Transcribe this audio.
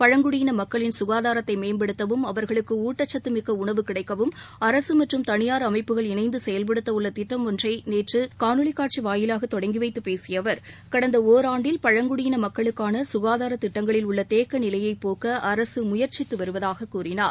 பழங்குடியின மக்களின் சுகாதாரத்தை மேம்படுத்தவும் அவர்களுக்கு ஊட்டச்சத்துமிக்க உணவு கிடைக்கவும் அரசு மற்றும் தனியார் அமைப்புகள் இணைந்து செயல்படுத்த உள்ள திட்டம் ஒன்றை நேற்று காணொலி காட்சி வாயிலாக தொடங்கி வைத்துப் பேசிய அவர் கடந்த ஒராண்டில் பழங்குடியின மக்களுக்கான க்காதாரத் திட்டங்களில் உள்ள தேக்க நிலையைப் போக்க அரசு முயற்சித்து வருவதாகக் கூறினார்